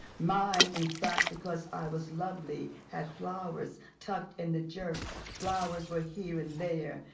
mine, in fact, because i was lovely, had flowers tucked in the jerks, flowers were here and there.